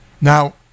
Now